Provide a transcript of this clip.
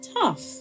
tough